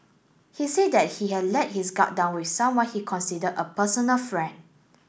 he said that he had let his guard down with someone he considered a personal friend